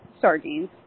Sardines